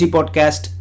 Podcast